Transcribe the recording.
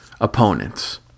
opponents